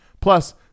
Plus